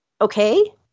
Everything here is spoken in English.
okay